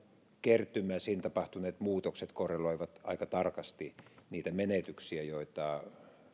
kertymässä tapahtuneet muutokset korreloivat aika tarkasti niiden menetysten kanssa joita